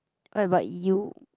what about you